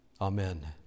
Amen